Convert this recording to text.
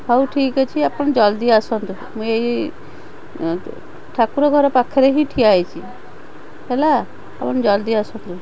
ହଉ ଠିକ୍ ଅଛି ଆପଣ ଜଲ୍ଦି ଆସନ୍ତୁ ମୁଁ ଏଇ ଠାକୁର ଘର ପାଖରେ ହିଁ ଠିଆ ହେଇଛି ହେଲା ଆପଣ ଜଲ୍ଦି ଆସନ୍ତୁ